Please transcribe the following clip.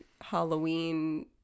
Halloween